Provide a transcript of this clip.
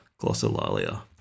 Glossolalia